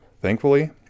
thankfully